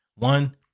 One